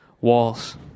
walls